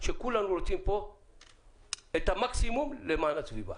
שכולנו רוצים פה את המקסימום למען הסביבה.